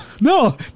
no